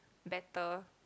better